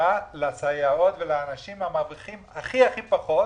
אין לי טענות.